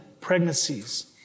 pregnancies